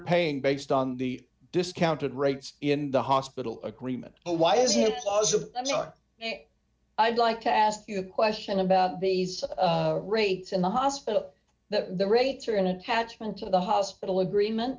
paying based on the discounted rates in the hospital agreement a why is he was of i'd like to ask you a question about these rates in the hospital that the rates are an attachment to the hospital agreement